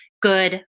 good